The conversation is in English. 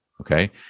Okay